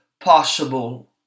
possible